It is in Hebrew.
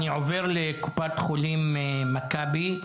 אני עובר לקופת חולים מכבי.